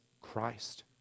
Christ